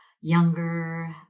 younger